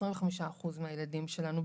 25% מהילדים שלנו,